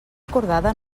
acordada